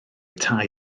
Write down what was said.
tai